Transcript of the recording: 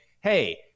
hey